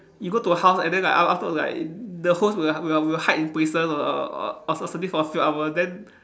you go to a house and then like af~ afterward like the host will will will hide in places or or or something for a few hour then